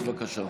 בבקשה.